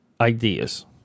ideas